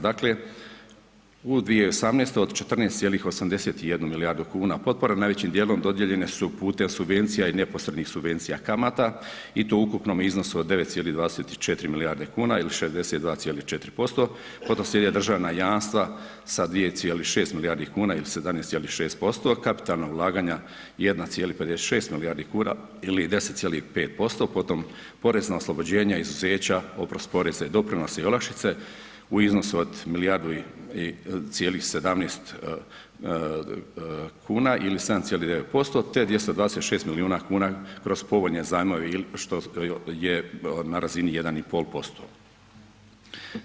Dakle u 2018. do 14,81 milijardu kuna potpora najvećim dijelom dodijeljene su putem subvencija i neposrednih subvencija kamata i to u ukupnom iznosu od 9,24 milijarde kuna ili 62,4%, ... državna jamstva sa 2,6 milijardi kuna ili 17,6%, kapitalna ulaganja 1,56 milijardi kuna ili 10,5%, potom porezna oslobođenja, izuzeća, oprost poreza i doprinosa i olakšice u iznosu od milijardu cijelih 17 kuna ili 7,9% te 226 milijuna kuna kroz povoljne zajmove što je na razini 1,5%